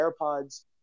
AirPods